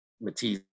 Matisse